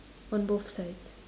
on both sides